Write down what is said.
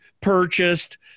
purchased